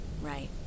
Right